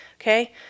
Okay